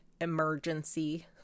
emergency